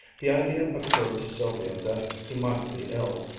the idea occurred to sylvia that he might be ill,